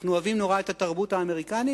אנחנו אוהבים מאוד את התרבות האמריקנית,